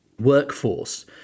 workforce